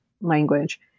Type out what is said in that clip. language